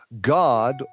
God